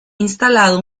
instalado